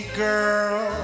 girl